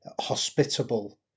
hospitable